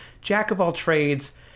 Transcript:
jack-of-all-trades